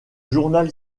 journal